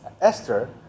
esther